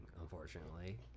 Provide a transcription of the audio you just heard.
unfortunately